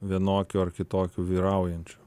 vienokių ar kitokių vyraujančių